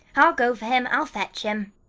i'll go for him. i'll fetch him.